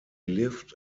lived